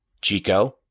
Chico